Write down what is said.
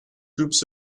groups